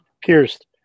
pierced